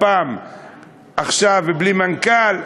לפ"מ עכשיו בלי מנכ"ל,